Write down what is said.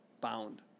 bound